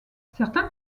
certains